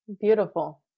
Beautiful